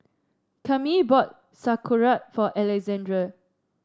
Cammie bought Sauerkraut for Alexandre